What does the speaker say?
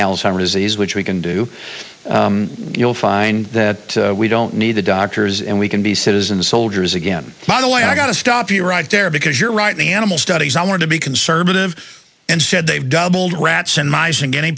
alzheimer's disease which we can do you'll find that we don't need the doctors and we can be citizen soldiers again by the way i got to stop you right there because you're right the animal studies i want to be conservative and said they've doubled rats and mice and guinea